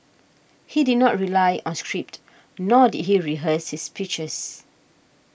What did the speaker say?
he did not rely on script nor did he rehearse his speeches